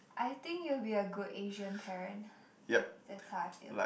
I think you'll be a good Asian parent that that's how I feel